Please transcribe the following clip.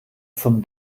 zum